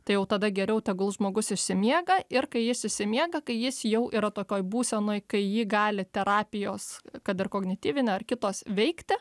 tai jau tada geriau tegul žmogus išsimiega ir kai jis išsimiega kai jis jau yra tokioj būsenoj kai jį gali terapijos kad ir kognityvinė ar kitos veikti